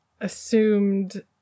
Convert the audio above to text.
assumed